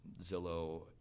Zillow